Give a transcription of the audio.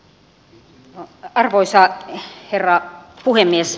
arvoisa herra puhemies